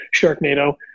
Sharknado